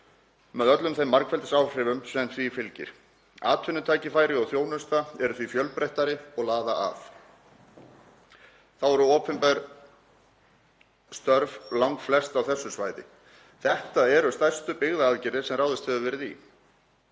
með öllum þeim margfeldisáhrifum sem því fylgir. Atvinnutækifæri og þjónusta eru því fjölbreyttari og laða að. Þá eru opinber störf langflest á þessu svæði. Þetta eru stærstu byggðaaðgerðir sem ráðist hefur verið í.